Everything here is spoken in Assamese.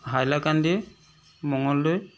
হাইলাকান্দি মঙলদৈ